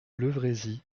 levrézy